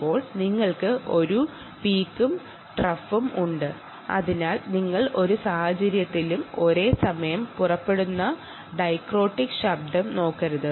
വേവിൽ നിങ്ങൾക്ക് ഒരു പീകും ട്രഫും ഉണ്ട് അതിനാൽ നിങ്ങൾ ഒരു സാഹചര്യത്തിലും ഒരേ സമയം പുറപ്പെടുന്ന ഡൈക്രോട്ടിക് ശബ്ദം നോക്കരുത്